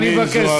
אני מבקש,